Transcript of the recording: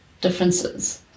differences